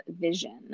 vision